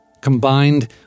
combined